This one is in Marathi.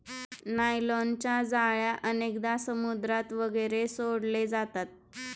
नायलॉनच्या जाळ्या अनेकदा समुद्रात वगैरे सोडले जातात